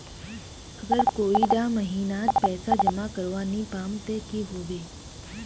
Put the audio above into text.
अगर कोई डा महीनात पैसा जमा करवा नी पाम ते की होबे?